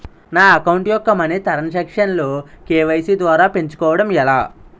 నా అకౌంట్ యెక్క money transaction లు కే.వై.సీ ద్వారా పెంచుకోవడం ఎలా?